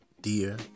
dear